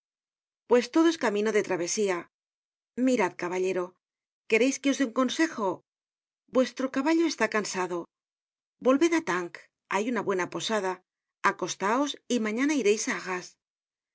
pues todo es camino de travesía mirad caballero quereis que os dé un consejo vuestro caballo está cansado velved á tinques hay una buena posada acostaos y mañana ireis á arras